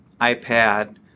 iPad